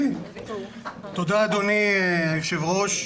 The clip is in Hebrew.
תודה, אדוני היושב-ראש.